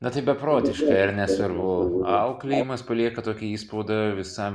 na tai beprotiškai ar ne svarbu auklėjimas palieka tokį įspaudą visam